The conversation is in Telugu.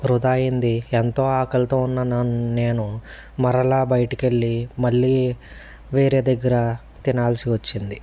వృధా అయ్యింది ఎంతో ఆకలితో ఉన్న నేను మరలా బయటికెళ్ళి మళ్ళీ వేరే దగ్గర తినాల్సి వచ్చింది